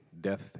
death